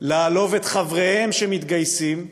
לעלוב בחבריהם שמתגייסים,